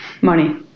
money